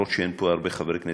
ולמרות שאין פה הרבה חברי כנסת,